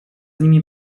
nimi